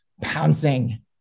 pouncing